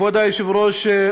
כבוד היושב-ראש,